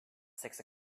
six